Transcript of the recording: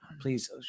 Please